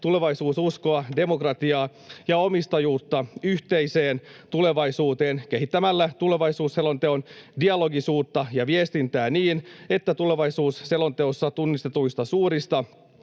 tulevaisuususkoa, demokratiaa ja omistajuutta yhteiseen tulevaisuuteen kehittämällä tulevaisuusselonteon dialogisuutta ja viestintää niin, että tulevaisuusselonteossa tunnistetuista suurista,